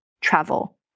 travel